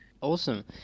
Awesome